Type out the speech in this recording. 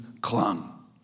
clung